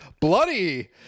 bloody